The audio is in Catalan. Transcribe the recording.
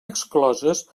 excloses